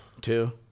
Two